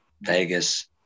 Vegas